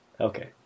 Okay